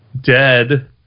dead